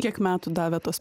kiek metų davė tas